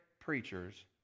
preachers